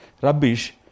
rubbish